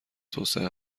توسعه